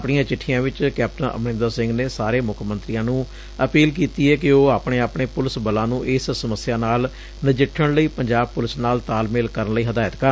ਆਪਣੀਆਂ ਚਿਠੀਆਂ ਵਿਚ ਕੈਪਟਨ ਅਮਰਿੰਦਰ ਸਿੰਘ ਨੇ ਸਾਰੇ ਮੁੱਖ ਮੰਤਰੀਆਂ ਨੂੰ ਅਪੀਲ ਕੀਤੀ ਏ ਕਿ ਉਹ ਆਪਣੇ ਆਪਣੇ ਪੁਲਿਸ ਬਲਾ ਨੂੰ ਇਸ ਸਮਸਿਆ ਨਾਲ ਨਜਿੱਠਣ ਲਈ ਪੰਜਾਬ ਪੁਲਿਸ ਨਾਲ ਤਾਲਮੇਲ ਕਰਨ ਲਈ ਹਦਾਇਤ ਕਰਨ